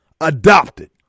adopted